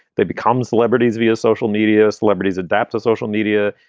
they become celebrities via social media. celebrities adapt to social media.